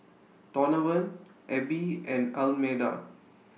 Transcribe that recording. Donavan Abbie and Almeda